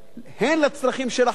הן לצרכים של החקלאים